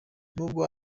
nubwo